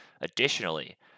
Additionally